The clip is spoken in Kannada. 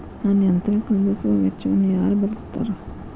ನನ್ನ ಯಂತ್ರ ಖರೇದಿಸುವ ವೆಚ್ಚವನ್ನು ಯಾರ ಭರ್ಸತಾರ್?